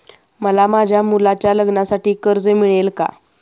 मला माझ्या मुलाच्या लग्नासाठी कर्ज मिळेल का?